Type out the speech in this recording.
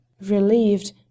Relieved